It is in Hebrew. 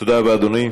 תודה רבה, אדוני.